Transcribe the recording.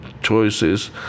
choices